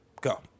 go